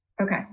Okay